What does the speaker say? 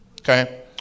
Okay